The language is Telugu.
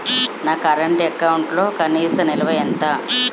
నా కరెంట్ అకౌంట్లో కనీస నిల్వ ఎంత?